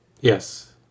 yes